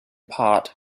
part